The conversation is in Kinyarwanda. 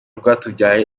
rwatubyaye